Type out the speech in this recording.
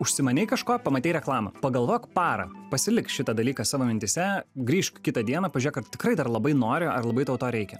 užsimanei kažko pamatei reklamą pagalvok parą pasilik šitą dalyką savo mintyse grįžk kitą dieną pažiūrėk ar tikrai dar labai nori ar labai tau to reikia